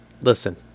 listen